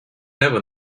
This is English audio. never